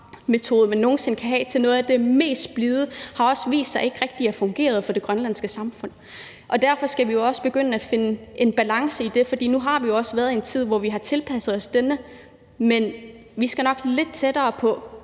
man overhovedet kan have, til noget af det mest blide, har også vist sig ikke rigtig at fungere for det grønlandske samfund. Så vi skal begynde at finde en balance i det, for nu har vi jo også været i en tid, hvor vi har tilpasset os denne lov. Men vi skal nok lidt tættere på